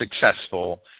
successful